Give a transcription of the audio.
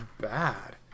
bad